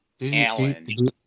Alan